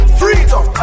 freedom